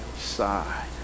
side